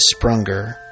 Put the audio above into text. Sprunger